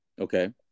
Okay